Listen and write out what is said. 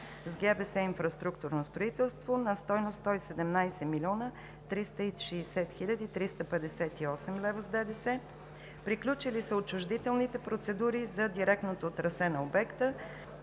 „ГБС – Инфраструктурно строителство“ на стойност 117 млн. 360 хил. 358 лв. с ДДС. Приключили са отчуждителните процедури за директното трасе на обекта.